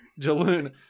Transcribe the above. Jaloon